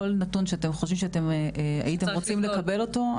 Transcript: כל נתון שאתם חושבים שאתם חושבים שהייתם רוצים לקבל אותו,